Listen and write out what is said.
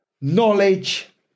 knowledge